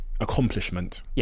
accomplishment